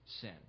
sin